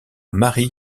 marie